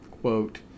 Quote